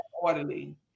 Orderly